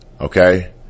Okay